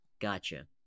Gotcha